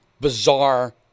bizarre